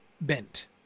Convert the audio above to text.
bent